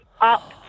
up